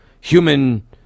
human